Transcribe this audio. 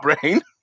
Brain